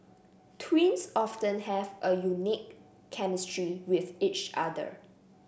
twins often have a unique chemistry with each other